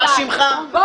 תודה.